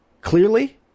clearly